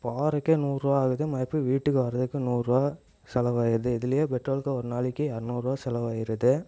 போகிறதுக்கே நூறுபா ஆகுது மறுபடி வீட்டுக்கு வரத்துக்கு நூறுபா செலவாகிருது இதுலேயே பெட்ரோல்க்கு ஒரு நாளைக்கு இரநூறுவா செலவாகிருது